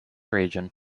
region